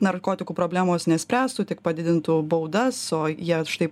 narkotikų problemos nespręstų tik padidintų baudas o jie štai